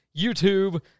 YouTube